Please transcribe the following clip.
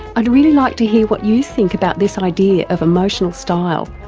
i'd really like to hear what you think about this idea of emotional style,